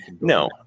No